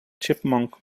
chipmunk